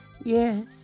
yes